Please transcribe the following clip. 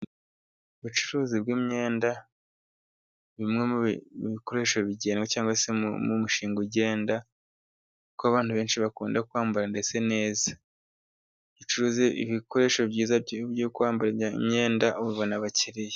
Ubucuruzi bw'imyenda bimwe mu bikoresho bigenda cyangwa se umushinga ugenda, kuko abantu benshi bakunda kwambara ndetse neza, iyo ucuruje ibikoresho byiza byo kwambara bijyanye n'imyenda ubona abakiriya.